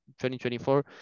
2024